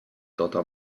dotter